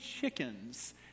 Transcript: chickens